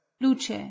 Luce